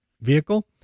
vehicle